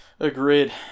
Agreed